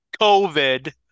COVID